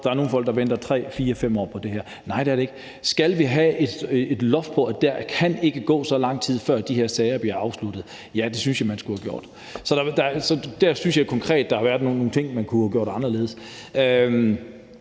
der er nogle folk, der venter 3, 4, 5 år på det her? Svaret er: Nej, det er det ikke. Skal vi have et loft over det, så der ikke kan gå så lang tid, før de her sager bliver afsluttet? Ja, det synes jeg man skulle have sagt. Så der synes jeg konkret at der er nogle ting, man kunne have gjort anderledes.